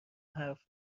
حرف